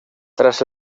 tras